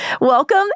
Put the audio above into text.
Welcome